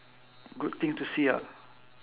good thing to see ah